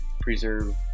preserve